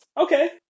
okay